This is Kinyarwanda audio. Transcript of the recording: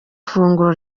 funguro